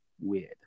weird